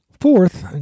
Fourth